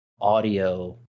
audio